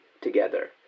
together